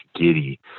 giddy